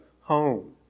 home